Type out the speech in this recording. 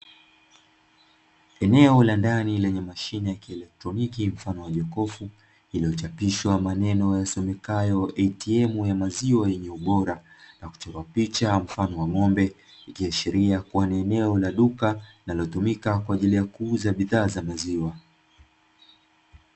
Eneo la ndani lenye mashine ya kieletroniki mfano wa jokofu iliyochapishwa maneno yasomekayo atm ya maziwa yenye ubora, na kuchorwa picha mfano wa ng'ombe ikiashiria kuwa ni eneo la duka linalotumika kwa ajili ya kuuza bidhaa za maziwa.